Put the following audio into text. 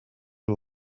and